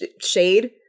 shade